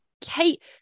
Kate